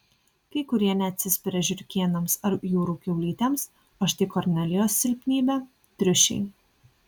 kai kurie neatsispiria žiurkėnams ar jūrų kiaulytėms o štai kornelijos silpnybė triušiai